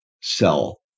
sell